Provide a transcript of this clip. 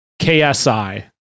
KSI